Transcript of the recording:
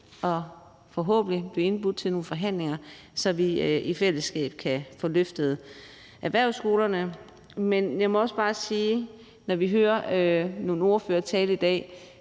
til forhåbentlig at blive indbudt til nogle forhandlinger, så vi i fællesskab kan få løftet erhvervsskolerne. Men jeg må også bare sige, når jeg hører nogle af ordførertalerne i dag,